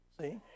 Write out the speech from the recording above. See